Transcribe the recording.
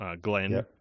Glenn